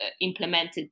implemented